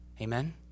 Amen